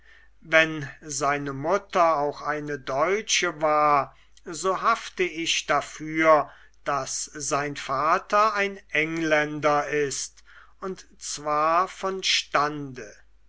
wenn seine mutter auch eine deutsche war so hafte ich dafür daß sein vater ein engländer ist und zwar von stande